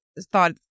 thought